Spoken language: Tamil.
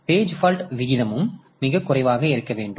பேஜ் பால்ட் விகிதமும் மிகக் குறைவாக இருக்க வேண்டும்